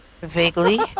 Vaguely